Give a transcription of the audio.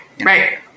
Right